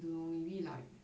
don't know maybe like